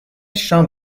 شام